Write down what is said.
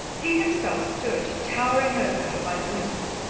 he himself stood, towering over her, by the window.